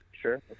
sure